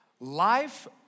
Life